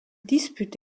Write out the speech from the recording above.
dispute